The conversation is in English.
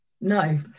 No